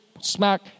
smack